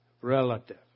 relative